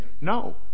no